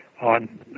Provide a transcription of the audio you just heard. on